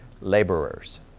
laborers